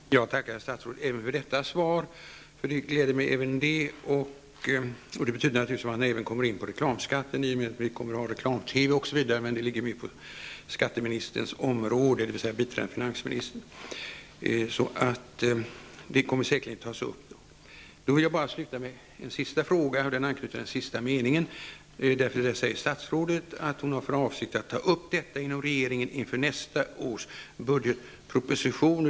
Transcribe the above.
Fru talman! Jag tackar statsrådet även för detta svar, eftersom också det gläder mig. I och med att vi kommer att ha reklam TV innebär det naturligtvis att vi kommer in på frågan om reklamskatten. Men det ligger mer på skatteministerns, dvs. biträdande finansministerns, område och det kommer säkerligen att tas upp senare. Jag vill avslutningsvis ställa en sista fråga som anknyter till den sista meningen i statsrådets svar. Statsrådet säger att hon har för avsikt att ta upp detta inom regeringen inför nästa års budgetproposition.